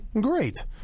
Great